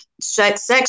sex